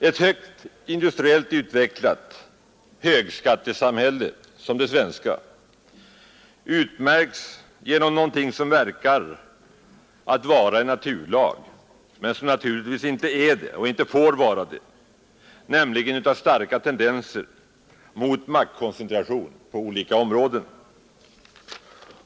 Ett industriellt utvecklat högskattesamhälle som det svenska utmärks av någonting, som verkar att vara en naturlag men som naturligtvis inte är det och inte får vara det, nämligen av starka tendenser mot maktkoncentration på olika områden.